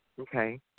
Okay